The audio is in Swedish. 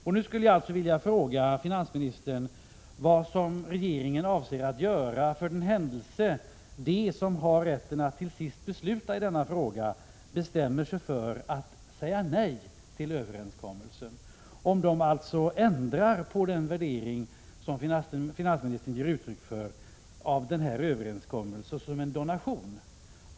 Jag skulle alltså vilja fråga finansministern vad regeringen avser att göra för den händelse de som har rätten att till sist besluta i denna fråga bestämmer sig för att säga nej till överenskommelsen, alltså om de ändrar på den värdering som finansministern ger uttryck för av den här överenskommelsen som donation.